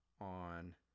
on